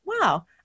wow